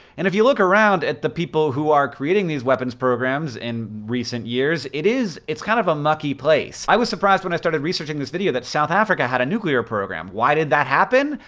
and if you look around at the people who are creating these weapons programs in recent years, it is. it's kind of a mucky place. i was surprised when i started researching this video that south africa had a nuclear program. why did that happen?